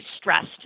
stressed